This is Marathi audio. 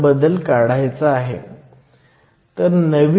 2 व्होल्ट ni 2